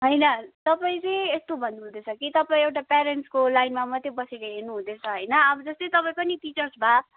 होइन तपाईँले यस्तो भन्नुहुँदैछ कि तपाईँ एउटा प्यारेन्ट्सको लाइनमा मात्रै बसेर हेर्नुहुँदैछ होइन अब जस्तै तपाईँ पनि टिचर्स भए